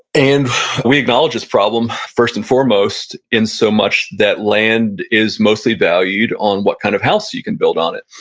and we acknowledge this problem first and foremost in so much that land is mostly valued on what kind of house you can build on it,